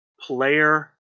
player